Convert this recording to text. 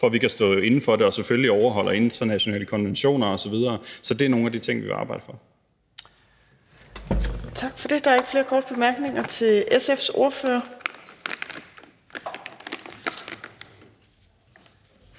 for at vi kan stå inde for det, og selvfølgelig overholder internationale konventioner osv. Så det er nogle af de ting, vi vil arbejde for. Kl. 14:07 Fjerde næstformand (Trine Torp): Tak for det. Der er ikke flere korte bemærkninger til SF's ordfører.